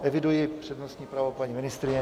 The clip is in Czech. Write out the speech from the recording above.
Eviduji přednostní právo paní ministryně.